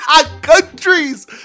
Countries